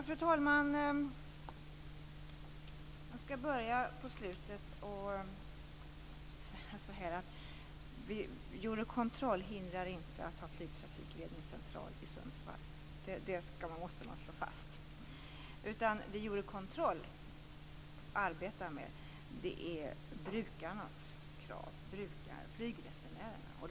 Fru talman! Jag skall börja med det sista. Det måste slås fast att Eurocontrol inte hindrar en flygtrafikledningscentral i Sundsvall. Det som behandlas i Eurocontrol är flygresenärernas krav.